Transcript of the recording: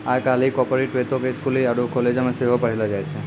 आइ काल्हि कार्पोरेट वित्तो के स्कूलो आरु कालेजो मे सेहो पढ़ैलो जाय छै